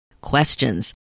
questions